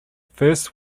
first